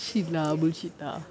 shit lah bullshit lah